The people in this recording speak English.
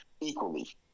equally